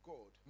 God